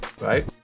Right